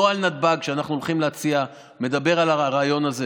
נוהל נתב"ג שאנחנו הולכים להציע מדבר על הרעיון הזה.